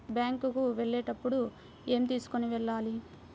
Bank కు వెళ్ళేటప్పుడు ఏమి తీసుకొని వెళ్ళాలి?